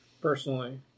personally